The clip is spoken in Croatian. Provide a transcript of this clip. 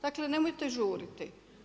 Dakle, nemojte žuriti.